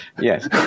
Yes